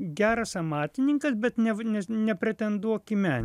geras amatininkas bet nev nepretenduok į men